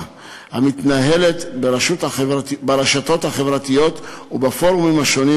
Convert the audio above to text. המתנהלת ברשתות החברתיות ובפורומים השונים.